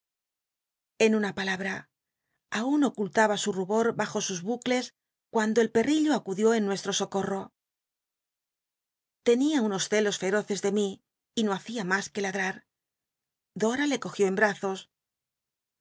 en una palabra aun ocultaba sn rul tor bajo sus hltcle cuando el perl'illo acudió en nuestro socol l'o tenia unos celos fetoccs de mi y no hacia mm que ladrar dora le cogió en brozos